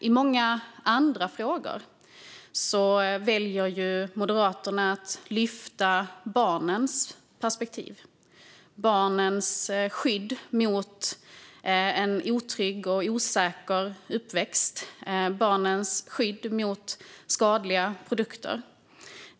I många andra frågor väljer Moderaterna att lyfta fram barnens perspektiv, barnens skydd mot en otrygg och osäker uppväxt, barnens skydd mot skadliga produkter.